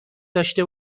داشته